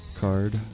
card